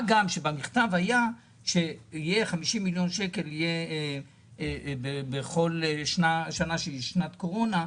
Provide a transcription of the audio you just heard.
גם סוכם שיינתנו 50 מיליון שקל בכל שנת קורונה.